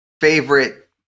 favorite